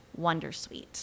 Wondersuite